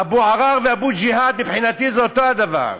אבו עראר ואבו ג'יהאד, מבחינתי זה אותו הדבר.